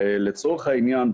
לצורך העניין,